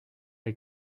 des